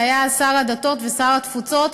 שהיה אז שר הדתות ושר התפוצות,